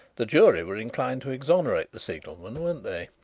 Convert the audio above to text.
the jury were inclined to exonerate the signalman, weren't they?